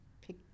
Pick